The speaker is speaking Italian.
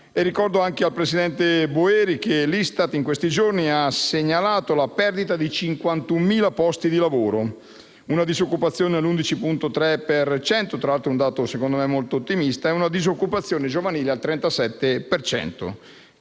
Ricordo al presidente Boeri che l'ISTAT in questi giorni ha segnalato la perdita di 51.000 posti di lavoro, una disoccupazione all'11,3 per cento (un dato, secondo me, molto ottimista) e una disoccupazione giovanile al 37